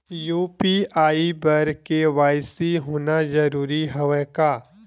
UPI बर KYC होना जरूरी हवय का?